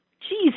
Jesus